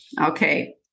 Okay